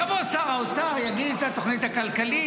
יבוא שר האוצר, יגיד את התוכנית הכלכלית.